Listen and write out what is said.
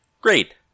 great